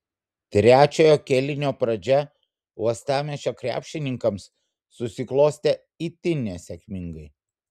trečiojo kėlinio pradžia uostamiesčio krepšininkams susiklostė itin nesėkmingai